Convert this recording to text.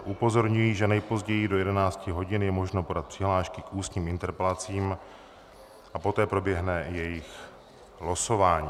Upozorňuji, že nejpozději do 11 hodin je možno podat přihlášky k ústním interpelacím a poté proběhne jejich losování.